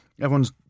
everyone's